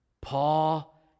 Paul